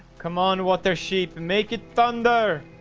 come on, what their sheep make it thunder?